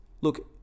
look